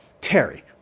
Terry